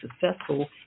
successful